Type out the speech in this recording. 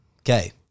Okay